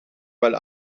mal